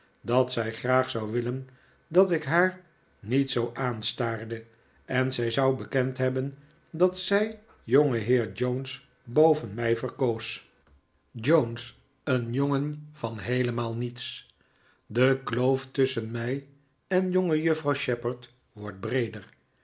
dat zij graag zou willen dat ik haar niet zoo aanstaarde en zij zou bekend hebben dat zij jongenheer jones boven mij verkoos jones een jongen van heelemaal niets ik vecht met een slager de kloof tusschen mij en jongejuffrouw shepherd wordt breeder